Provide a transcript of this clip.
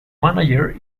manager